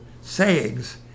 sayings